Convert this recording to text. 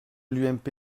l’ump